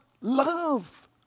love